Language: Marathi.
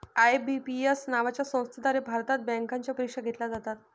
आय.बी.पी.एस नावाच्या संस्थेद्वारे भारतात बँकांच्या परीक्षा घेतल्या जातात